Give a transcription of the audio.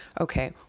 okay